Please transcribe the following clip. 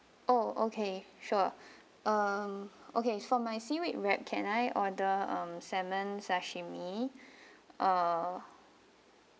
oh okay sure um okay for my seaweed wrap can I order um salmon sashimi ah